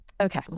Okay